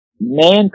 man